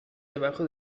debajo